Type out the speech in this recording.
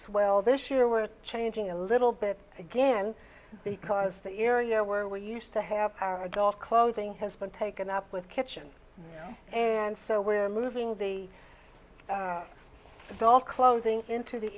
well this year we're changing a little bit again because the area where we used to have our dog clothing has been taken up with kitchen and so we're moving the ball clothing into the